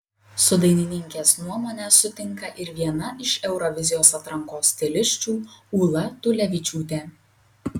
su dainininkės nuomone sutinka ir viena iš eurovizijos atrankos stilisčių ūla tulevičiūtė